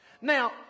Now